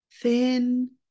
thin